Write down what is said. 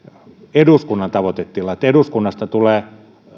eduskunnan tavoitetila että eduskunnasta tulee